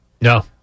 No